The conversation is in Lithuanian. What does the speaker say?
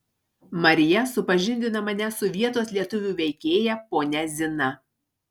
marija supažindina mane su vietos lietuvių veikėja ponia zina